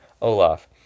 Olaf